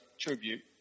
tribute